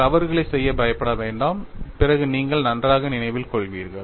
தவறுகளைச் செய்ய பயப்பட வேண்டாம் பிறகு நீங்கள் நன்றாக நினைவில் கொள்கிறீர்கள்